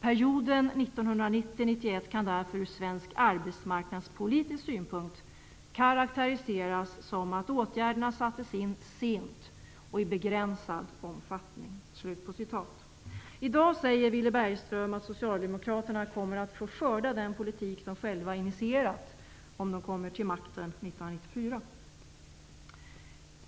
Perioden 1990/91 kan därför ur svensk arbetsmarknadspolitisk synpunkt karaktäriseras som att åtgärderna sattes in sent och i begränsad omfattning.'' I dag säger Villy Bergström att socialdemokraterna kommer att få skörda den politik de själva initierat, om de kommer till makten 1994.